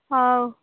ହଉ